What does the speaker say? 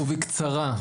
בקצרה,